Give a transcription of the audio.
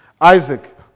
Isaac